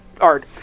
art